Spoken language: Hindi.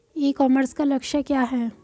ई कॉमर्स का लक्ष्य क्या है?